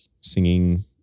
singing